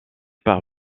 par